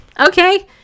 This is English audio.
okay